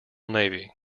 navy